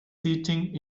sitting